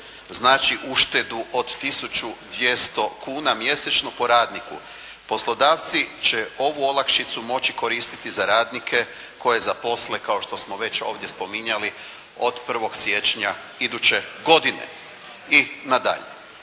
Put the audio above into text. znači uštedu od tisuću 200 kuna mjesečno po radniku. Poslodavci će ovu olakšicu moći koristiti za radnike koje zaposle, kao što smo već ovdje spominjali od 1. siječnja iduće godine i nadalje.